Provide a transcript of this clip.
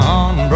on